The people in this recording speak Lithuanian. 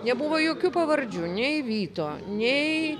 nebuvo jokių pavardžių nei vyto nei